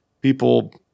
people